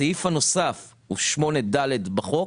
הסעיף הנוסף הוא 8(ד) בחוק.